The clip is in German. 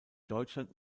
deutschland